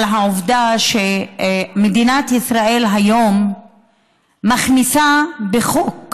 העובדה שמדינת ישראל היום מכניסה את זה בחוק